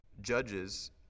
judges